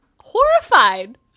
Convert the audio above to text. horrified